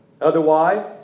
Otherwise